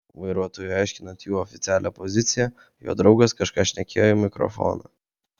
vairuotojui aiškinant jų oficialią poziciją jo draugas kažką šnekėjo į mikrofoną